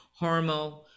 Hormel